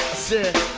sick